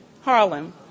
Harlem